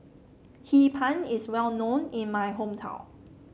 Hee Pan is well known in my hometown